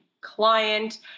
client